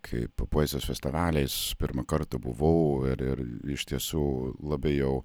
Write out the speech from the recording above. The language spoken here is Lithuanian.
kaip poezijos festivalis pirmą kartą buvau ir ir iš tiesų labai jau